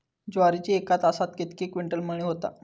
ज्वारीची एका तासात कितके क्विंटल मळणी होता?